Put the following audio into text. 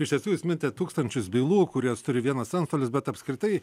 iš tiesų jūs minite tūkstančius bylų kurias turi vienas antstolis bet apskritai